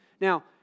Now